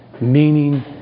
meaning